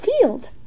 field